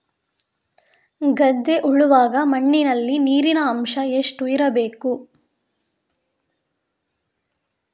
ಗದ್ದೆ ಉಳುವಾಗ ಮಣ್ಣಿನಲ್ಲಿ ನೀರಿನ ಅಂಶ ಎಷ್ಟು ಇರಬೇಕು?